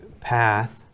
path